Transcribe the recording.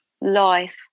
life